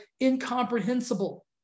incomprehensible